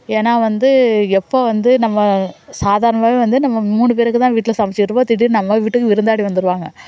ஏன்னா வந்து எப்போ வந்து நம்ம சாதாரணமாகவே வந்து நம்ம மூணு பேருக்குதான் வீட்டில சமைச்சிகிட்ருப்போம் திடீர்னு நம்ம வீட்டுக்கு விருந்தாடி வந்துடுவாங்க